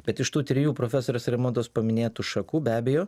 bet iš tų trijų profesorės raimondos paminėtų šakų be abejo